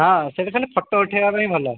ହଁ ସେଇଟା ଖାଲି ଫୋଟୋ ଉଠେଇବା ପାଇଁ ଭଲ